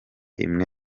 imwe